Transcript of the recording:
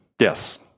Yes